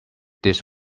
this